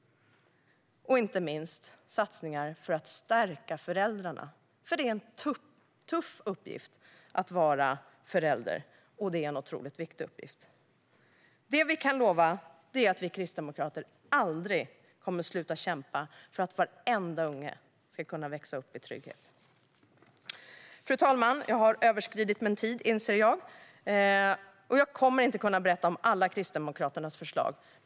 Inte minst vill vi göra satsningar för att stärka föräldrarna. Det är en tuff uppgift att vara förälder, och det är en otroligt viktig uppgift. Det vi kan lova är att vi kristdemokrater aldrig kommer att sluta kämpa för att varenda unge ska kunna växa upp i trygghet. Fru talman! Jag har överskridit min talartid, inser jag. Jag kommer inte att kunna berätta om alla Kristdemokraternas förslag.